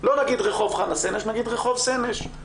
לא נגיד רחוב חנה סנש אלא נגיד רחוב סנש.